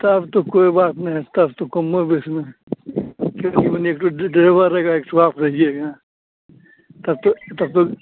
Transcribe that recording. तब तो कोई बात नहीं है तब तो कम बेस में है माने एक ड्राइवर रहेगा एक आप रहिएगा तब तो तब तो